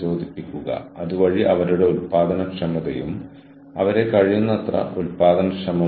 അതിൻ്റെ സ്വന്തം എച്ച്ആർഎം സമ്പ്രദായങ്ങൾ നെറ്റ്വർക്ക് പങ്കാളികളുടെ തൊഴിൽ രീതികൾ എന്നിവയ്ക്കിടയിലുള്ള ബൌണ്ടറി കൈകാര്യം ചെയ്യേണ്ടതുണ്ട്